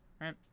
right